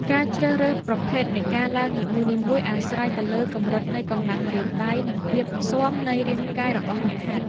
ការជ្រើសរើសប្រភេទនៃការឡើងនីមួយៗ អាស្រ័យទៅលើកម្រិតនៃកម្លាំងម្រាមដៃ និងភាពស៊ាំនៃរាងកាយរបស់អ្នកហាត់។